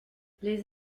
les